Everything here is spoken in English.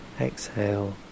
exhale